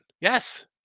Yes